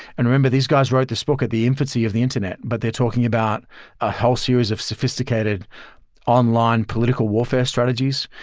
and remember these guys wrote this book at the infancy of the internet, but they're talking about a whole series of sophisticated online political warfare strategies.